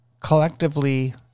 collectively